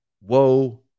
Woe